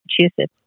Massachusetts